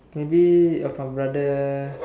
maybe uh from brother